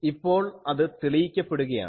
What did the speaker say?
ഇപ്പോൾ അത് തെളിയിക്കപ്പെടുകയാണ്